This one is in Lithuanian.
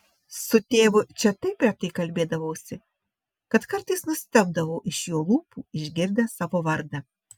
su tėvu čia taip retai kalbėdavausi kad kartais nustebdavau iš jo lūpų išgirdęs savo vardą